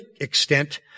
extent